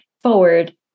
forward